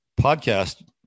podcast